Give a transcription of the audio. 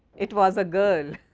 it was a girl.